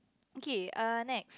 okay err next